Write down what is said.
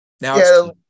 now